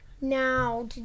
Now